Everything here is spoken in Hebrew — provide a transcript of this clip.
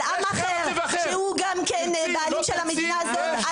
על עם אחר שהוא גם כן בעלים של המדינה הזאת,